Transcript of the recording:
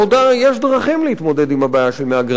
יש דרכים להתמודד עם הבעיה של מהגרי עבודה.